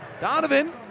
Donovan